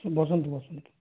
ବସନ୍ତୁ ବସନ୍ତୁ